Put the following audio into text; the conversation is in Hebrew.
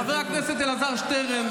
חבר הכנסת שטרן,